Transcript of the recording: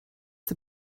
the